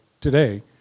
today